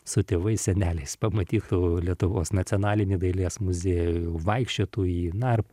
su tėvais seneliais pamatytų lietuvos nacionalinį dailės muziejų vaikščiotų į na ir